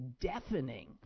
deafening